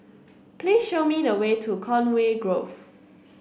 please show me the way to Conway Grove